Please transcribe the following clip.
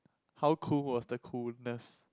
how cool was the coolness